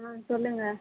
ஆ சொல்லுங்கள்